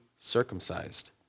circumcised